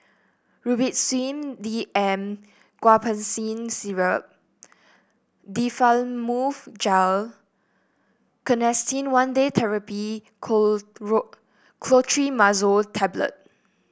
Robitussin D M Guaiphenesin Syrup Difflam Mouth Gel Canesten one Day Therapy Clotrimazole Tablet